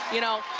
you know,